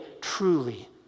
truly